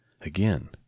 Again